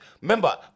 Remember